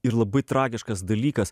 ir labai tragiškas dalykas